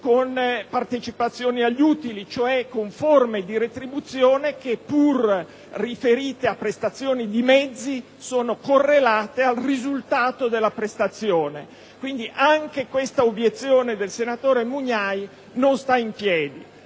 con partecipazioni agli utili, cioè con forme di retribuzione che, pur riferite a prestazioni di mezzi, sono correlate al risultato della prestazione. Anche questa obiezione del senatore Mugnai non sta in piedi.